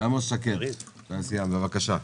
בבקשה.